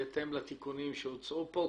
בהתאם לתיקונים שהוצעו פה,